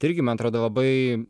tai irgi man atrodo labai